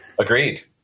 Agreed